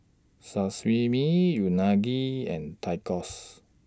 Sashimi Unagi and Tacos